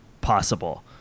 possible